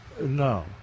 No